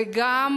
וגם